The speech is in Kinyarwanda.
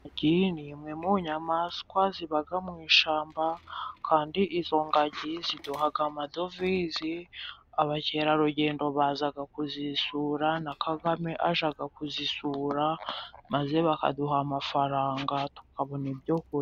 Ingagi ni imwe mu nyamaswa ziba mu ishyamba, kandi izo ngagi ziduha amadovize, abakerarugendo baza kuzisura, na kagame ajya kuzisura, maze bakaduha amafaranga tukabona ibyo kurya